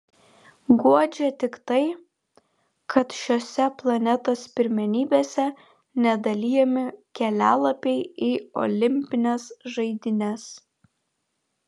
guodžia tik tai kad šiose planetos pirmenybėse nedalijami kelialapiai į olimpines žaidynes